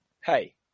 Hey